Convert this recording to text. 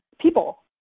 people